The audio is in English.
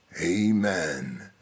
Amen